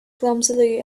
clumsily